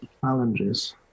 challenges